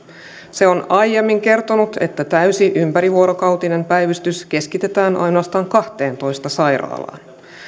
se on aiemmin kertonut että täysi ympärivuorokautinen päivystys keskitetään ainoastaan kahteentoista sairaalaan